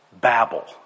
babble